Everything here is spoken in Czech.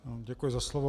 Děkuji za slovo.